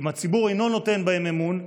אם הציבור אינו נותן בהם אמון,